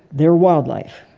they're wildlife,